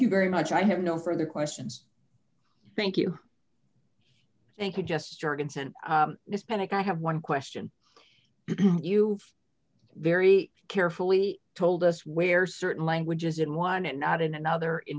you very much i have no further questions thank you thank you just started this panic i have one question you have very carefully told us where certain language is in one and not in another in